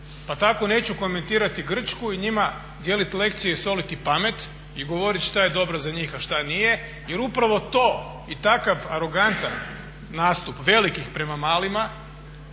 Pa tako neću komentirati Grčku i njima dijeliti lekcije i soliti pamet i govoriti šta je dobro za njih a šta nije. Jer upravo to i takav arogantan nastup velikih prema malima